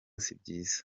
sibyiza